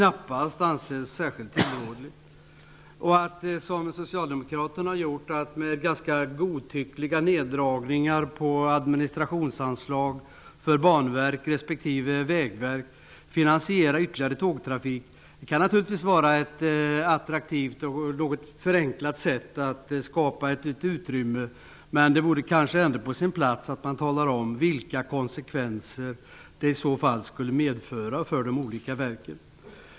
Att som socialdemokraterna med ganska godtyckliga nerdragningar på administrationsanslagen för Banverk respektive Vägverk finansiera ytterligare tågtrafik kan naturligtvis vara ett attraktivt och något förenklat sätt att skapa ett utrymme. Men det vore kanske ändå på sin plats att man talade om vilka konsekvenser detta skulle få för de olika verken.